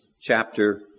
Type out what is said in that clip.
chapter